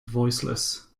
voiceless